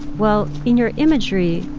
well, in your imagery,